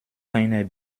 keiner